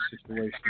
situation